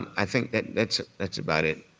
i think that that's that's about it,